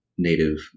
native